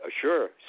sure